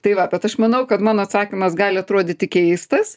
tai va bet aš manau kad mano atsakymas gali atrodyti keistas